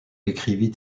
écrivit